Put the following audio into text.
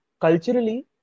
culturally